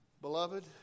Beloved